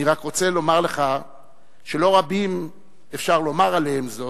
אני רק רוצה לומר לך שלא רבים אפשר לומר עליהם זאת,